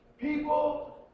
People